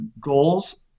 goals